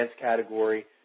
category